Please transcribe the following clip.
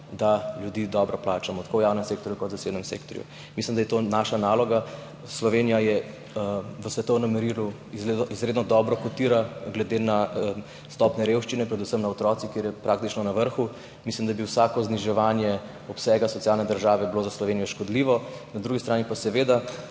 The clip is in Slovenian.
da ljudi dobro plačamo tako v javnem sektorju kot v zasebnem sektorju. Mislim, da je to naša naloga. Slovenija v svetovnem merilu izredno dobro kotira glede na stopnjo revščine, predvsem pri otrocih, kjer je praktično na vrhu. Mislim, da bi bilo vsako zniževanje obsega socialne države za Slovenijo škodljivo. Na drugi strani pa seveda